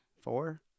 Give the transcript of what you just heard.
Four